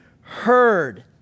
heard